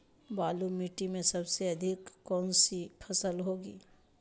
बालू मिट्टी में सबसे अधिक कौन सी फसल होगी?